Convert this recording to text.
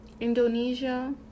Indonesia